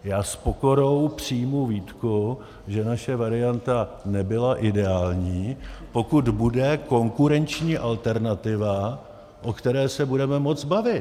Já s pokorou přijmu výtku, že naše varianta nebyla ideální, pokud bude konkurenční alternativa, o které se budeme moct bavit.